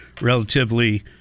relatively